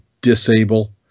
disable